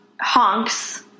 honks